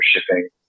shipping